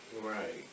Right